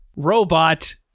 robot